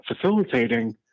facilitating